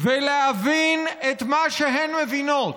ולהבין את מה שהן מבינות.